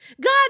God